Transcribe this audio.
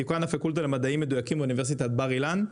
דיקן הפקולטה למדעים מדויקים באוניברסיטת בר-אילן.